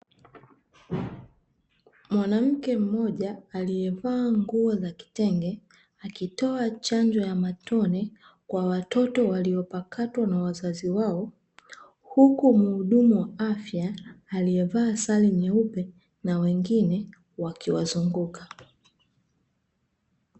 Mwanamke mmoja alievaa nguo za kitenge, akitoa chanjo ya matone kwa watoto waliopakatwa na wazazi wao, huku mhudumu wa afya alievaa sare nyeupe, na wengine wakiwazunguka.